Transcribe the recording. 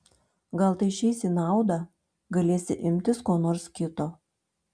gal tai išeis į naudą galėsi imtis ko nors kito